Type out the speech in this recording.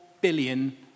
billion